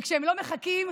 וכשהם לא מחכים,